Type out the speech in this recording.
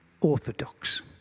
orthodox